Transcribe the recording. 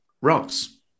Rocks